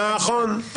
נכון.